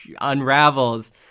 unravels